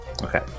Okay